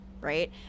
Right